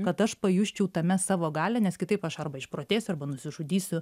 kad aš pajusčiau tame savo galią nes kitaip aš arba išprotėsiu arba nusižudysiu